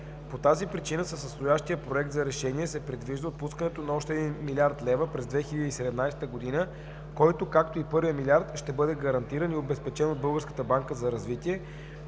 По тази причина с настоящия проект за решение се предвижда отпускането на още един милиард лева през 2017 година, който, както и първия милиард, ще бъде гарантиран и обезпечен от Българската